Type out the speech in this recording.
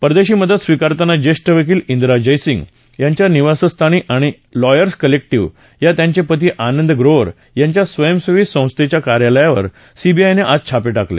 परदेशी मदत स्वीकारताना ज्येष्ठ वकील दिरा जयसिंग यांच्या निवासस्थानी आणि लॉयर्स कलेक्टीव्ह ह्या त्यांचे पती आनंद ग्रोव्हर यांच्या स्वयंसेवी संस्थेच्या कार्यालयावर सीबीआयनं आज छापे टाकले